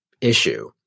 issue